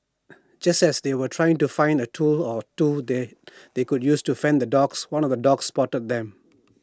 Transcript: just as they were trying to find A tool or two that they could use to fend off the dogs one of the dogs spotted them